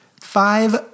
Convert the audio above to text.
Five